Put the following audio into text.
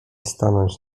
stanąć